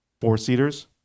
four-seaters